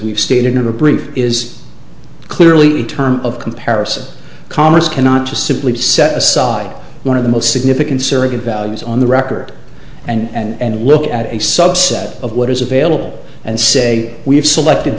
we've stated never bring is clearly a term of comparison congress cannot just simply set aside one of the most significant surrogate values on the record and look at a subset of what is available and say we have selected